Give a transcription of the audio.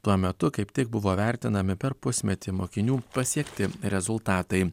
tuo metu kaip tik buvo vertinami per pusmetį mokinių pasiekti rezultatai